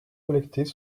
collectés